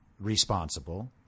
responsible